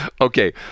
Okay